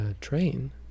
train